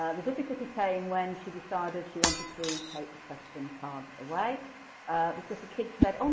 ah the difficulty came when she decided she wanted to take the question cards away because the kids said, um